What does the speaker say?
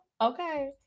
okay